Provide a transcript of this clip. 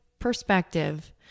perspective